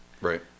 Right